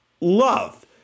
love